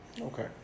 Okay